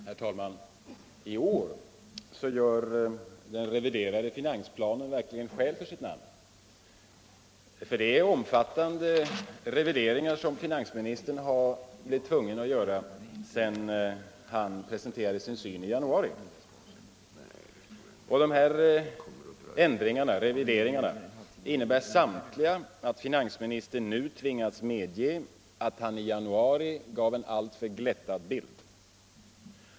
Herr talman! I år gör den reviderade finansplanen verkligen skäl för sitt namn. Det är omfattande revideringar som finansministern har blivit tvungen att göra sedan han presenterade sin syn i januari. Dessa revideringar innebär samtliga att finansministern nu tvingas medge att han i januari gav en alltför glättad bild.